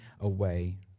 away